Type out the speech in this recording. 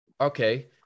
okay